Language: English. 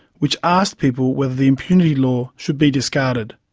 which asked people whether the impunity law should be discarded.